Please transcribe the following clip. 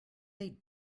they